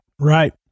right